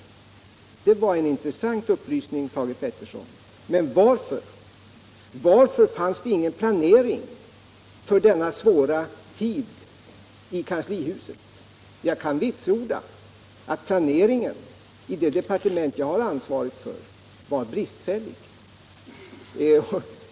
Det var en intressant upplysning, Thage Peterson. Varför fanns då ingen planering i kanslihuset för denna svåra tid? Jag kan vitsorda att planeringen i det departement jag har ansvaret för var bristfällig.